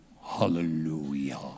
Hallelujah